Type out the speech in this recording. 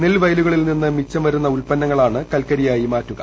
നെൽവയലുകളിൽ നിന്ന് മിച്ചം വരുന്ന ഉൽപ്പന്നങ്ങളാണ് കൽക്കരിയായി മാറ്റുക